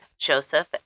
Joseph